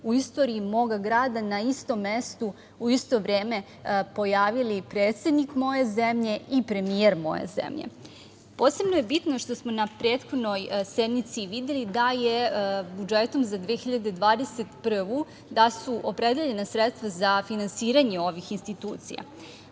u istoriji moga grada na istom mestu u isto vreme pojavili i predsednik moje zemlje i premijer moje zemlje. Posebno je bitno što smo na prethodnoj sednici videli da je budžetom za 2021. godinu, da su opredeljena sredstva za finansiranje ovih institucija.